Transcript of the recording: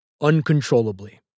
uncontrollably